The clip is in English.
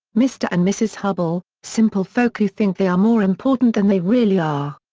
mr. and mrs. hubble, simple folk who think they are more important than they really are.